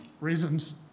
reasons